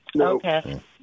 Okay